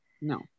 No